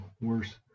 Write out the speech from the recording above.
Worse